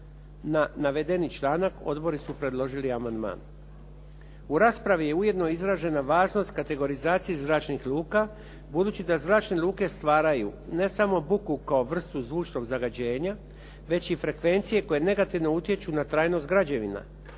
Na navedeni članak odbori su predložili amandman. U raspravi je ujedno izražena važnost kategorizacije zračnih luka budući da zračne luke stvaraju ne samo buku kao vrstu zvučnog zagađenja već i frekvencije koje negativno utječu na trajnost građevina